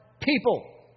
people